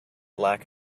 lack